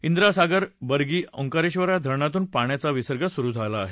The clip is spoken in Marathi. इंदिरासागर बर्गी ओंकारेश्वर या धरणांमधून पाण्याचा विसर्ग सुरु झाला आहे